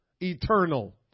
eternal